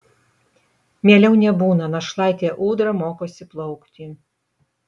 mieliau nebūna našlaitė ūdra mokosi plaukti